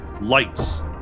lights